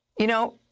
you know,